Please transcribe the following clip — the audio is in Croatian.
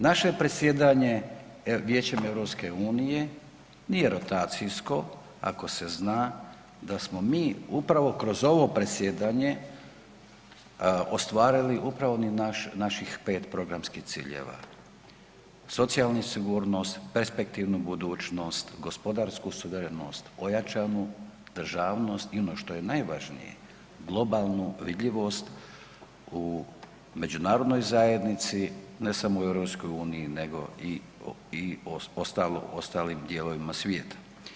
Naše predsjedanje Vijećem EU nije rotacijsko ako se zna da smo mi upravo kroz ovo predsjedanje ostvarili upravo onih naših 5 socijalnih ciljeva, socijalnu sigurnost, perspektivnu budućnost, gospodarsku suverenost, ojačanu državnost i ono što je najvažnije globalnu vidljivost u međunarodnoj zajednici, ne samo u EU nego i ostalim dijelovima svijeta.